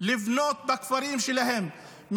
לבנות בכפרים שלהם,